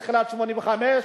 תחילת 1985,